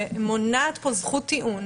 מונעת פה זכות טיעון,